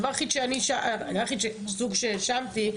הדבר היחיד שסוג שהאשמתי,